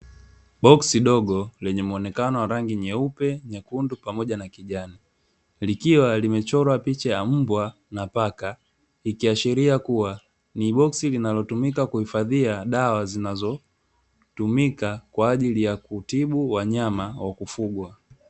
Boksi dogo lenye muonekano wa rangi nyeupe, nyekundu pamoja na kijani likiwa limechorwa picha ya mbwa na paka, ikiashiria kuwa ni boksi linalotumika kuhifadhia dawa zinazotumika kwaajili ya kutibu wanyama wa kufungwa.